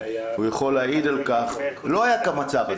הוא יכול להעיד על כך לא היה את המצב הזה.